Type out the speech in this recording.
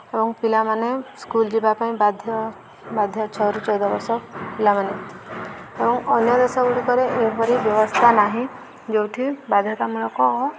ଏବଂ ପିଲାମାନେ ସ୍କୁଲ୍ ଯିବା ପାଇଁ ବାଧ୍ୟ ବାଧ୍ୟ ଛଅରୁ ଚଉଦ ବର୍ଷ ପିଲାମାନେ ଏବଂ ଅନ୍ୟ ଦେଶଗୁଡ଼ିକରେ ଏହିଭଳି ବ୍ୟବସ୍ଥା ନାହିଁ ଯେଉଁଠି ବାଧ୍ୟତାମୂଳକ